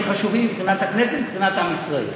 חשובים מבחינת הכנסת ומבחינת עם ישראל.